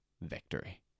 victory